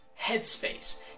headspace